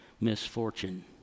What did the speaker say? misfortune